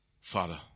Father